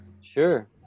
Sure